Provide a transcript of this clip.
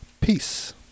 Peace